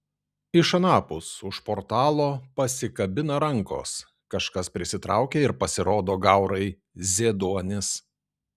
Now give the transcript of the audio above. iš anapus už portalo pasikabina rankos kažkas prisitraukia ir pasirodo gaurai zieduonis